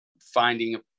finding